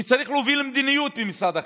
שצריך להוביל מדיניות במשרד החינוך,